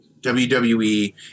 WWE